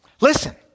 Listen